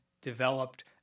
developed